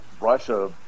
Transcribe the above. Russia